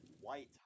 White